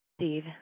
Steve